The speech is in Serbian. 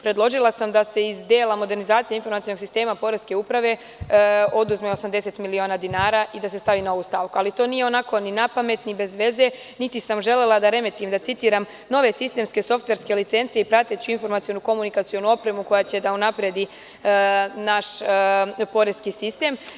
Predložila sam da se iz dela Modernizacije informacionog sistema Poreske uprave oduzme 80 miliona dinara i da se stavi na ovu stavku, ali to nije ni napamet, ni bez veze, niti sam želela da remetim da citiram nove sistemske softverske licence i prateću informacionu komunikacionu opremu koja će da unapredi naš poreski sistem.